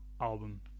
album